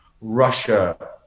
Russia